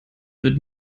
wird